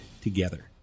together